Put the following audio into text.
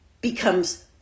becomes